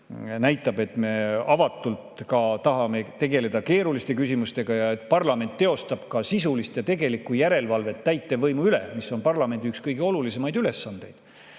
näitab, et me avatult tahame tegeleda keeruliste küsimustega ja et parlament teostab ka sisulist ja tegelikku järelevalvet täitevvõimu üle, mis on parlamendi üks kõige olulisemaid ülesandeid,